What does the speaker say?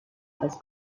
als